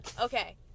Okay